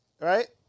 right